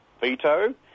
veto